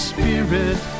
Spirit